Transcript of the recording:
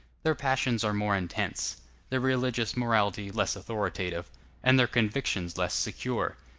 their passions are more intense their religious morality less authoritative and their convictions less secure.